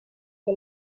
que